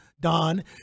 Don